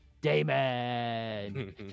Damon